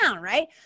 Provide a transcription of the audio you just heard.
right